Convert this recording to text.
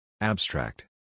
Abstract